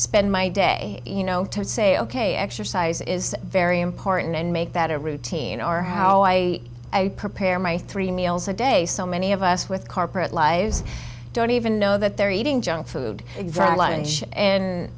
spend my day you know to say ok exercise is very important and make that a routine or how i prepare my three meals a day so many of us with corporate lives don't even know that they're eating junk food